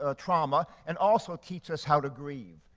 ah trauma and also teach us how to grieve,